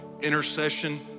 intercession